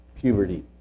puberty